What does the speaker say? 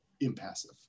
impassive